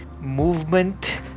movement